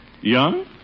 Young